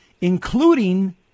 including